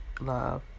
love